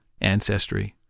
ancestry